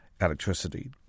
electricity